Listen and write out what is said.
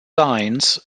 signs